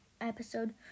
episode